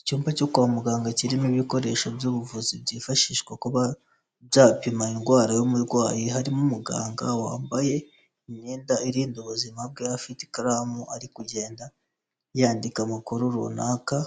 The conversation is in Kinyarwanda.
Icyumba cyo kwa muganga kirimo ibikoresho by'ubuvuzi byifashishwa kuba byapima indwara y'umurwayi, harimo umuganga wambaye imyenda irinda ubuzima bwe afite ikaramu ari kugenda yandika amakuru runaka,